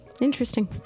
interesting